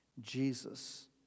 Jesus